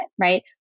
right